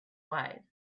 wise